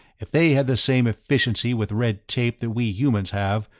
if they had the same efficiency with red tape that we humans have,